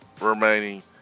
remaining